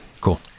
cool